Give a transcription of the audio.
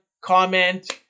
comment